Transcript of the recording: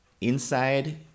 Inside